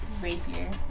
Rapier